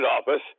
office